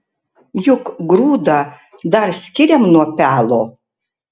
juk grūdą dar skiriam nuo pelo